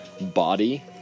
body